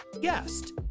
guest